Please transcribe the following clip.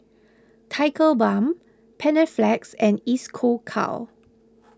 Tigerbalm Panaflex and Isocal